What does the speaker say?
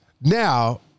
Now